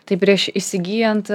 tai prieš įsigyjant